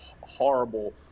horrible